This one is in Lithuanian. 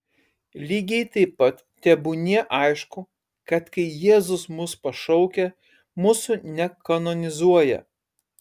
lygiai taip pat tebūnie aišku kad kai jėzus mus pašaukia mūsų nekanonizuoja